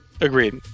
agreed